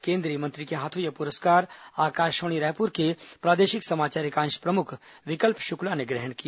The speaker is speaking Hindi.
केंद्रीय मंत्री के हाथों यह पुरस्कार आकाशवाणी रायपुर के प्रादेशिक समाचार एकांश प्रमुख विकल्प शुक्ला ने ग्रहण किया